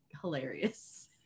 hilarious